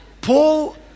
Paul